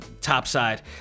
topside